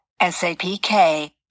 Sapk